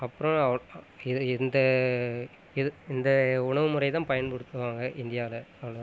அப்புறம் அ இது இந்த இது இந்த உணவுமுறை தான் பயன்படுத்துவாங்க இந்தியாவில் அவ்வளோதான்